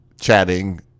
chatting